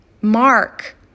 Mark